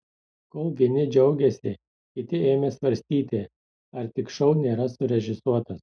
kol vieni džiaugėsi kiti ėmė svarstyti ar tik šou nėra surežisuotas